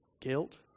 Guilt